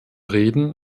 reden